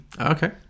Okay